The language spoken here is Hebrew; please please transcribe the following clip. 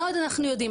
מה עוד אנחנו יודעים.